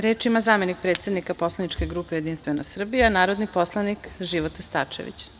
Reč ima zamenik predsednika posleničke grupe Jedinstvena Srbija, narodni poslanik Života Starčević.